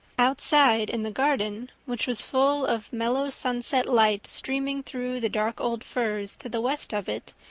outside in the garden, which was full of mellow sunset light streaming through the dark old firs to the west of it,